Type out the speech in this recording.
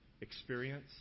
experience